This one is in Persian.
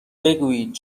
بگویید